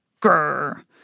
grrr